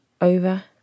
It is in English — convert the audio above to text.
over